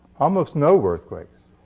almost no earthquakes.